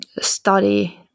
study